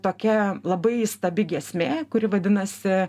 tokia labai įstabi giesmė kuri vadinasi